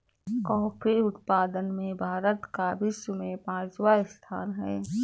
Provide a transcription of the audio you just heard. coffee उत्पादन में भारत का विश्व में पांचवा स्थान है